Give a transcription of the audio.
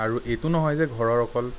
আৰু এইটো নহয় যে ঘৰৰ অকল